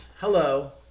hello